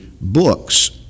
books